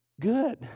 Good